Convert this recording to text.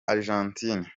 argentine